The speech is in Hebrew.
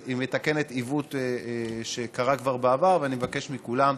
היא מתקנת עיוות שקרה כבר בעבר, ואני מבקש מכולם,